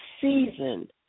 season